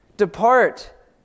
Depart